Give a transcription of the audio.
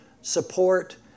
support